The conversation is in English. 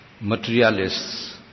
materialists